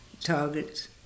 Target's